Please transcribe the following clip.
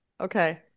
Okay